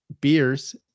beers